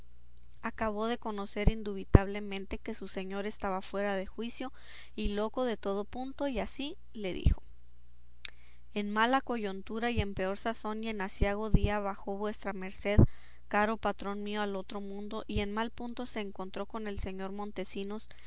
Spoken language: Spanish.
acabó de conocer indubitablemente que su señor estaba fuera de juicio y loco de todo punto y así le dijo en mala coyuntura y en peor sazón y en aciago día bajó vuestra merced caro patrón mío al otro mundo y en mal punto se encontró con el señor montesinos